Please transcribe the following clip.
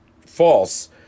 false